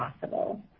possible